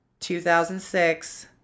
2006